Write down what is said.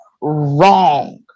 wrong